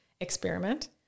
Experiment